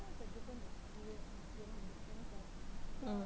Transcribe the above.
mm